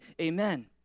amen